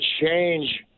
change